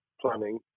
planning